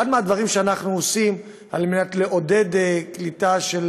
אחד הדברים שאנחנו עושים כדי לעודד קליטה של